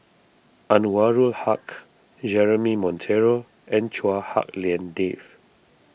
Anwarul Haque Jeremy Monteiro and Chua Hak Lien Dave